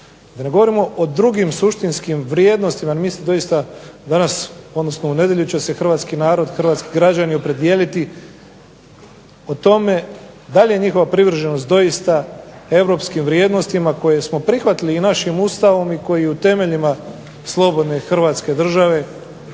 Da ne govorimo o drugim suštinskim vrijednostima, jer mi se doista, u nedjelju će se Hrvatski građani opredijeliti o tome da li je njihova privrženost doista Europskim vrijednostima koje smo prihvatili našim Ustavom i koji u temeljima slobodne Hrvatske države,